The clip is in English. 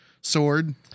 sword